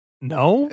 no